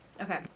Okay